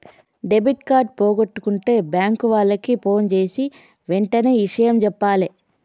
debit card పోగొట్టుకుంటే bank వాళ్లకి ఫోన్జేసి వెంటనే ఇషయం జెప్పాలే